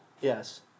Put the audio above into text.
Yes